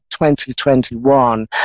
2021